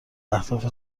اهداف